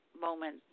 moment